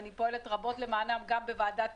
אני פועלת רבות למענם גם בוועדת